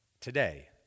today